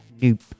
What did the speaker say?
Nope